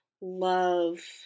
love